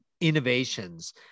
innovations